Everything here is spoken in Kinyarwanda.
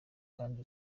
kandi